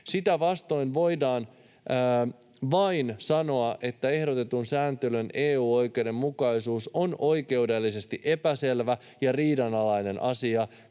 Sitä vastoin voidaan ’vain’ sanoa, että ehdotetun sääntelyn EU-oikeuden mukaisuus on oikeudellisesti epäselvä ja riidanalainen asia,